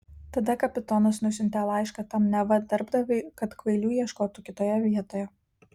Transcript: tada kapitonas nusiuntė laišką tam neva darbdaviui kad kvailių ieškotų kitoje vietoje